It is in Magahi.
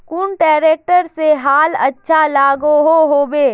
कुन ट्रैक्टर से हाल अच्छा लागोहो होबे?